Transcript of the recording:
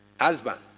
Husband